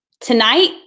Tonight